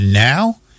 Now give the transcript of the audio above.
Now